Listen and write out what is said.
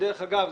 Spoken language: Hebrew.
ודרך אגב,